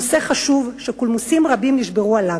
נושא חשוב שקולמוסים רבים נשברו עליו,